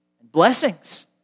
blessings